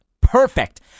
Perfect